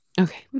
Okay